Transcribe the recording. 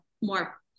more